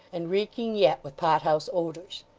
and reeking yet with pot-house odours.